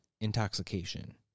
intoxication